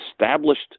established